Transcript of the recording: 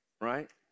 Right